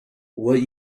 what